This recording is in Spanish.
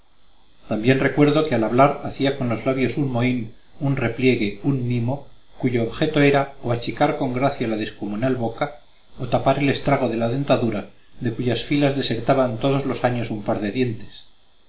también recuerdo que al hablar hacía con los labios un mohín un repliegue un mimo cuyo objeto era o achicar con gracia la descomunal boca o tapar el estrago de la dentadura de cuyas filas desertaban todos los años un par de dientes